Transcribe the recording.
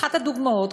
אחת הדוגמאות,